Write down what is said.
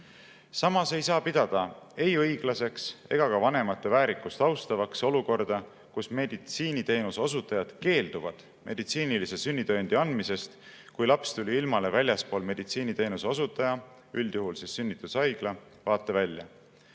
Samas ei saa pidada ei õiglaseks ega ka vanemate väärikust austavaks olukorda, kus meditsiiniteenuse osutajad keelduvad meditsiinilise sünnitõendi andmisest, kui laps tuli ilmale väljaspool meditsiiniteenuse osutaja, üldjuhul sünnitushaigla vaatevälja.